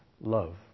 love